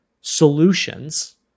solutions